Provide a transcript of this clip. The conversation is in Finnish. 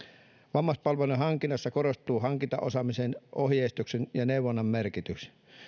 vammaispalveluiden hankinnassa korostuu hankintaosaamisen ohjeistuksen ja neuvonnan merkitys